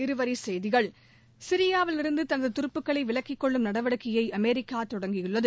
இருவரிச் செய்திகள் சிரியாவிலிருந்து தனது துருப்புக்களை விலக்கிக்கொள்ளும் நடவடிக்கையை அமெரிக்கா தொடங்கியுள்ளது